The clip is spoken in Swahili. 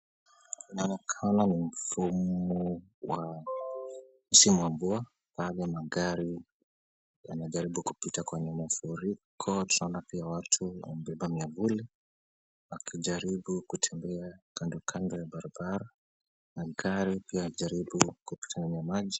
Inaonekana ni msimu wa mvua, pale magari yanajaribu kupita kwenye mafuriko. Tunaona pia watu wamebeba miavuli, wakijaribu kutembea kando kando ya barabara na gari pia inajaribu kupita ndani ya maji.